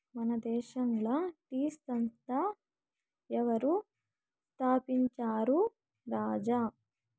మన దేశంల టీ సంస్థ ఎవరు స్థాపించారు రాజా